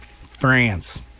France